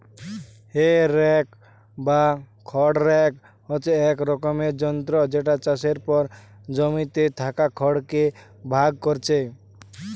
হে rake বা খড় rake হচ্ছে এক রকমের যন্ত্র যেটা চাষের পর জমিতে থাকা খড় কে ভাগ কোরছে